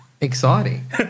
exciting